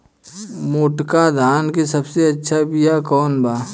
मोटका धान के सबसे अच्छा बिया कवन बा?